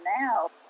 now